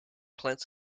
plants